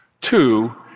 Two